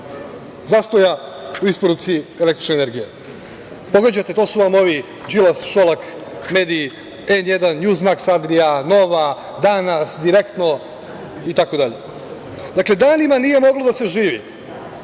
zastoja u isporuci električnom energijom. Pogađate, to su vam ovi Đilas, Šolak mediji, „N1“, „Njuz maks adrija“, „Nova“, „Danas“, „Direktno“ itd. Dakle, danima nije moglo da se živi